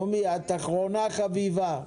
נעמי, את אחרונה חביבה.